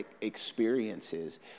experiences